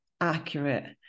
accurate